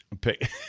Pick